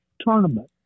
tournament